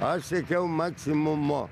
aš siekiau maksimumo